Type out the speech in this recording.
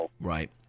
Right